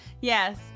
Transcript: Yes